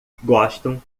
gostam